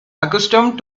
accustomed